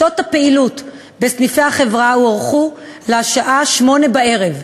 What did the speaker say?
שעות הפעילות בסניפי החברה הוארכו עד לשעה 20:00,